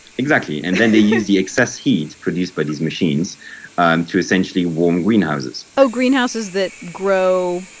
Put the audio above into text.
exactly and then they use the excess heat produced by these machines and to essentially warm greenhouses oh, greenhouses that grow,